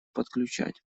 подключать